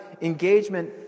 engagement